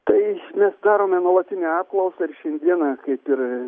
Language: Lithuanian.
tai mes darome nuolatinę apklausą ir šiandieną kaip ir